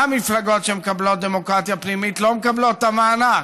המפלגות שמקיימות דמוקרטיה פנימית לא מקבלות את המענק,